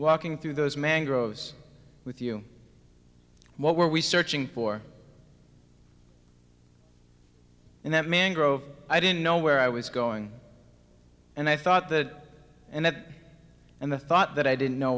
walking through those mangroves with you what were we searching for in that mangrove i didn't know where i was going and i thought that and that and the thought that i didn't know